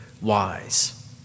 wise